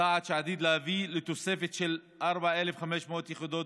צעד שעתיד להביא לתוספת של כ-4,500 יחידות